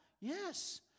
Yes